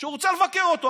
שהוא רוצה לבקר אותו.